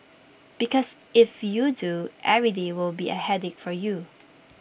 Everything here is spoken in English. because if you do every day will be A headache for you